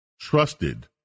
trusted